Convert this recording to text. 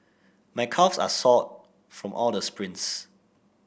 my calves are sore from all the sprints